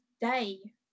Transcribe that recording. Day